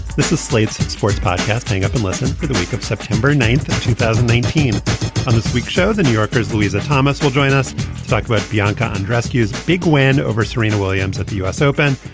this is slate's fourth podcasting up and listen for the week of september ninth of two thousand and nineteen. on this week's show the new yorker's louisa thomas will join us like about bianca and rescue's big win over serena williams at the u s. open.